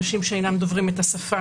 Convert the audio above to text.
אנשים שאינם דוברים את השפה,